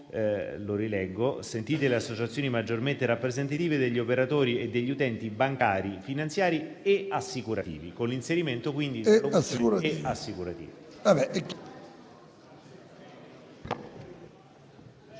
(lo rileggo): «sentite le associazioni maggiormente rappresentative degli operatori e degli utenti bancari, finanziari e assicurativi», con l'inserimento quindi delle parole